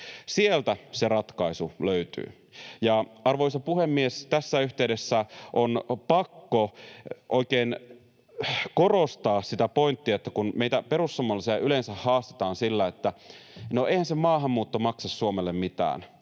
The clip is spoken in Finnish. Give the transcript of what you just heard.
Sieltä se ratkaisu löytyy. Ja, arvoisa puhemies, tässä yhteydessä on pakko oikein korostaa sitä pointtia, että kun meitä perussuomalaisia yleensä haastetaan sillä, että ”eihän se maahanmuutto maksa Suomelle mitään,